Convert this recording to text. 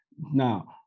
Now